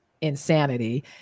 insanity